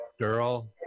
Girl